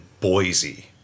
Boise